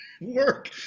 work